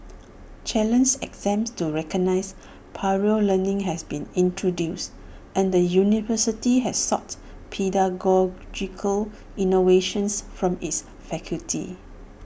challenge exams to recognise prior learning have been introduced and the university has sought pedagogical innovations from its faculty